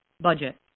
budget